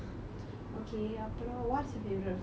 okay அப்புறம்:appuram what's your favourite food